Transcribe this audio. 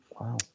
Wow